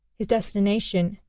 his destination,